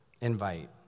invite